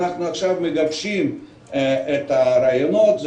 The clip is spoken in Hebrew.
אנחנו עכשיו מגבשים את הרעיונות,